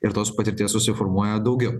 ir tos patirties susiformuoja daugiau